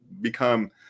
become